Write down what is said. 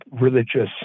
religious